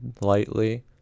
lightly